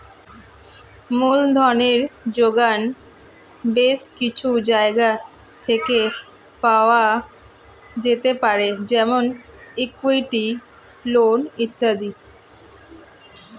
মূলধনের জোগান বেশ কিছু জায়গা থেকে পাওয়া যেতে পারে যেমন ইক্যুইটি, লোন ইত্যাদি